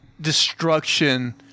destruction